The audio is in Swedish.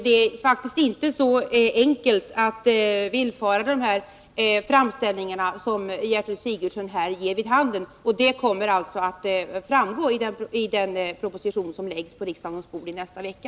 Det är faktiskt inte så enkelt att villfara framställningarna som Gertrud Sigurdsen ger vid handen, och det kommer att framgå i den proposition som läggs på riksdagens bord i nästa vecka.